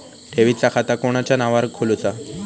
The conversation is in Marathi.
ठेवीचा खाता कोणाच्या नावार खोलूचा?